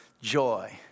joy